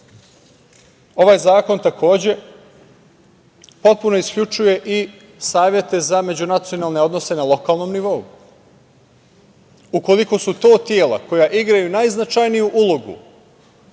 ovom zakonu. Ovaj zakon potpuno isključuje i savete za međunacionalne odnose na lokalnom nivou. Ukoliko su to tela koja igraju najznačajniju ulogu